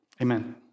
Amen